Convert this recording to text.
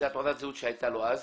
זו תעודת הזהות שהייתה לו אז.